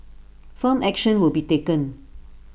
firm action will be taken